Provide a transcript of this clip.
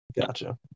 Gotcha